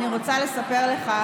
אני רוצה לספר לך,